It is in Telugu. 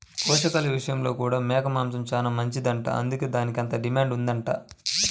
పోషకాల విషయంలో కూడా మేక మాంసం చానా మంచిదంట, అందుకే దానికంత డిమాండ్ ఉందంట